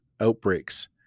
outbreaks